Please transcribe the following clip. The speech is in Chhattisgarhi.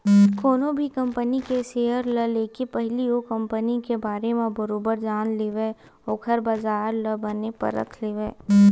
कोनो भी कंपनी के सेयर ल लेके पहिली ओ कंपनी के बारे म बरोबर जान लेवय ओखर बजार ल बने परख लेवय